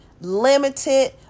limited